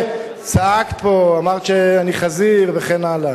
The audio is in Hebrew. צעקת פה, אמרת שאני חזיר, וכן הלאה.